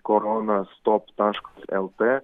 koronastop taškas lt